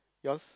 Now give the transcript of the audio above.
yours